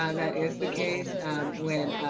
um that is the case, and when,